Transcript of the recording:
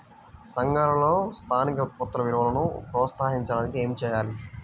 సంఘాలలో స్థానిక ఉత్పత్తుల విలువను ప్రోత్సహించడానికి ఏమి చేయాలి?